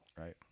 right